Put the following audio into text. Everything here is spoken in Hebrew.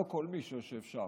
לא כל מי שיושב שם,